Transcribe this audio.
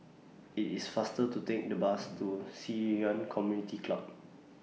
IT IS faster to Take The Bus to Ci Yuan Community Club